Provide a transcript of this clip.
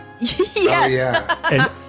Yes